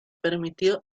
permitió